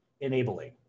enabling